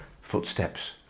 footsteps